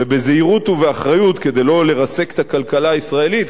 ובזהירות ואחריות כדי שלא לרסק את הכלכלה הישראלית,